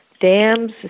dams